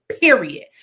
Period